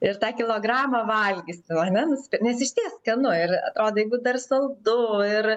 ir tą kilogramą valgysim ar ne nes išties skanu ir atrodo jeigu dar saldu ir